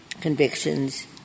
convictions